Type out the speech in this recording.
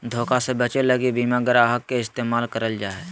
धोखा से बचे लगी बीमा ग्राहक के इस्तेमाल करल जा हय